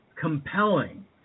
compelling